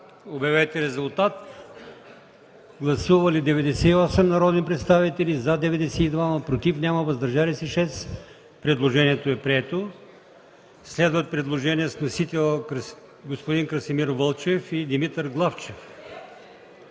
на гласуване. Гласували 98 народни представители: за 92, против няма, въздържали се 6. Предложението е прието. Следват предложения с вносители Красимир Велчев и Димитър Главчев.